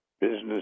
Business